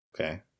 Okay